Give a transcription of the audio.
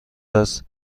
دست